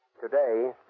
Today